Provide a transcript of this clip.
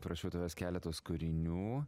prašiau tavęs keletos kūrinių